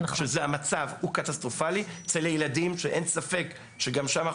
שם המצב הוא קטסטרופלי; אצל ילדים שאין ספק שגם שם,